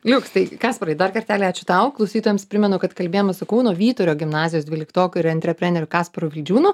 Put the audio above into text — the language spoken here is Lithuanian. liuks tai kasparai dar kartelį ačiū tau klausytojams primenu kad kalbėjomės su kauno vyturio gimnazijos dvyliktoku ir enterpreneriu kasparu vildžiūnu